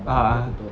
a'ah